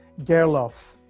Gerloff